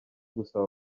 gusaba